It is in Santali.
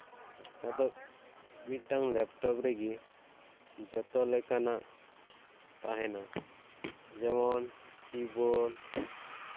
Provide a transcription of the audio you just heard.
ᱟᱫᱚ ᱢᱤᱫᱴᱟᱝ ᱞᱮᱯᱴᱚᱯ ᱨᱮᱜᱮ ᱡᱚᱛᱚ ᱞᱮᱠᱟᱱᱟᱜ ᱛᱟᱦᱮᱱᱟ ᱡᱮᱢᱚᱱ ᱠᱤ ᱵᱳᱨᱰ